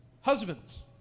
Husbands